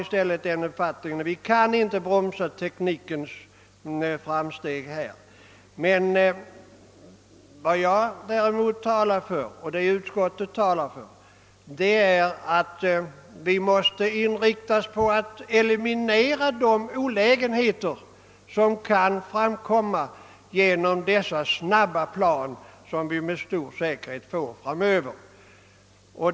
Men jag har den uppfattningen att vi inte kan bromsa teknikens framsteg. Vad jag och utskottet däremot talar för är att vi måste inrikta oss på att eliminera de olägenheter som kan åstadkommas av dessa snabba plan, som vi med stor säkerhet får framöver.